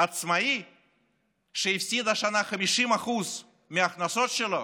עצמאי שהפסיד השנה 50% מההכנסות שלו